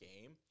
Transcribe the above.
game